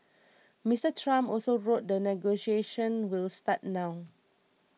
Mister Trump also wrote that negotiations will start now